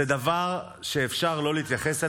זה דבר שאפשר לא להתייחס אליו?